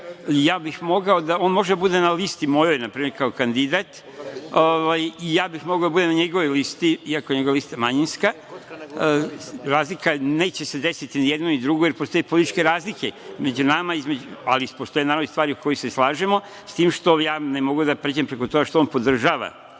suštini možemo, on može da bude na listi mojoj na primer kao kandidat i ja bih mogao da budem na njegovoj listi, iako je njegova lista manjinska, razlika se neće desiti ni jednoj ni drugoj jer postoje političke razlike među nama, ali postoje naravno i stvari u kojima se slažemo, s tim što ja ne mogu da pređem preko toga što on podržava,